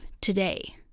today